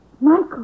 Michael